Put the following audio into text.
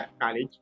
college